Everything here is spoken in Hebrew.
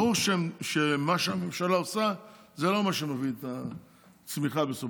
ברור שמה שהממשלה עושה זה לא מה שמביא את הצמיחה בסוף.